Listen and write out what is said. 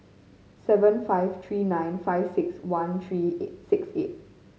seven five three nine five six one three six eight